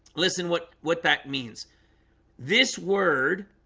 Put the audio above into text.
listen, what what that means this word?